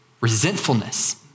resentfulness